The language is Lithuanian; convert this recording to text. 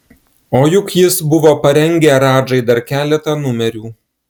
o juk jis buvo parengę radžai dar keletą numerių